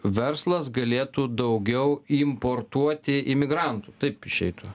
verslas galėtų daugiau importuoti imigrantų taip išeitų